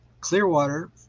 Clearwater